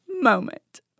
moment